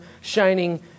shining